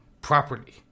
properly